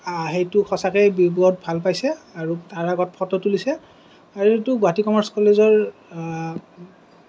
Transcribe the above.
সেইটো সঁচাকেই বহুত ভাল পাইছে আৰু তাৰ আগত ফটো তুলিছে আৰু সেইটো গুৱাহাটী কমাৰ্চ কলেজৰ